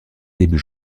début